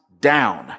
down